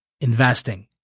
investing